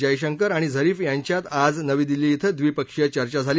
जयशंकर आणि झरीफ यांच्यात आज नवी दिल्ली इथं द्विपशीय चर्चा झाली